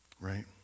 right